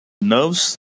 nerves